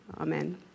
Amen